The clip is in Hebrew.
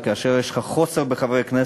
וכאשר חסרים לך חברי הכנסת,